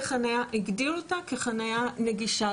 הגדיר אותה כחניה נגישה,